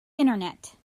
internet